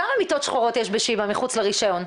כמה מיטות שחורות יש בשיבא מחוץ לרישיון?